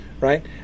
right